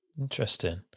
Interesting